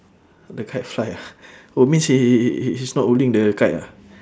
the kite fly ah oh means he he he he's not holding the kite ah